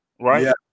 right